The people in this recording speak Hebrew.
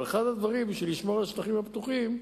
אבל אחד הדברים, בשביל לשמור על שטחים פתוחים,